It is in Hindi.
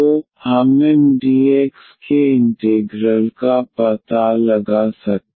तो हम Mdx के इंटेग्रल का पता लगा सकते हैं